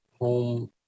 home